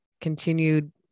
continued